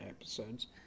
episodes